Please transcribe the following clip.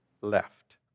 left